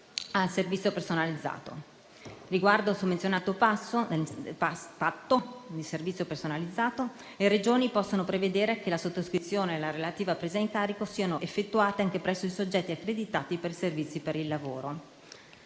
al servizio personalizzato. Riguardo il sopramenzionato patto di servizio personalizzato le Regioni possono prevedere che la sottoscrizione e la relativa presa in carico siano effettuate anche presso i soggetti accreditati per i servizi per il lavoro.